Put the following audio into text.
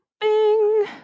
bing